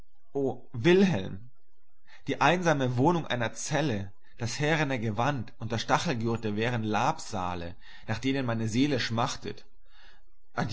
wilhelm die einsame wohnung einer zelle das härene gewand und der stachelgürtel wären labsale nach denen meine seele schmachtet